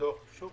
שוב